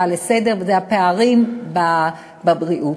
וזו ההצעה לסדר-היום על הפערים בבריאות.